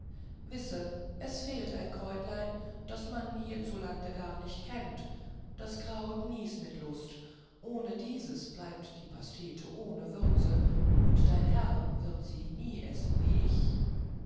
wisse es fehlt ein kräutlein das man hierzulande gar nicht kennt das kraut niesmitlust ohne dieses bleibt die pastete ohne würze und dein herr wird sie nie essen wie ich